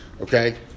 Okay